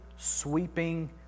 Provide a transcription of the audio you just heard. sweeping